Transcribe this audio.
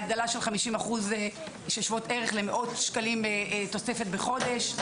הגדלה של 50% ששווי ערך למאות שקלים תוספת בחודש.